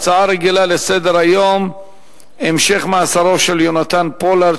הצעה רגילה לסדר-היום מס' 4532: המשך מאסרו של יהונתן פולארד,